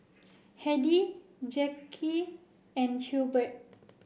Hedy Jacque and Hubert